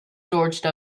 george